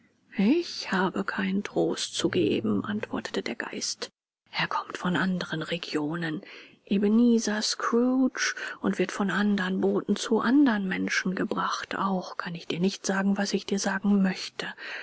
ich habe keinen trost zu geben antwortete der geist er kommt von anderen regionen ebenezer scrooge und wird von andern boten zu andern menschen gebracht auch kann ich dir nicht sagen was ich dir sagen möchte